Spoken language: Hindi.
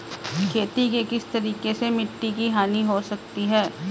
खेती के किस तरीके से मिट्टी की हानि हो सकती है?